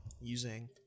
using